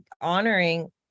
honoring